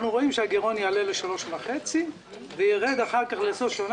שהגירעון יעלה ל-3.5% וירד אחר כך בסוף השנה